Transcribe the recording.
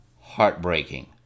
Heartbreaking